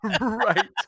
right